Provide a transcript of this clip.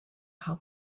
how